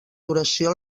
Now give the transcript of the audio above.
duració